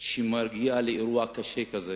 שמגיע לאירוע קשה כזה,